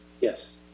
Yes